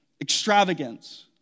Extravagance